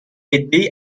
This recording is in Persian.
عدهای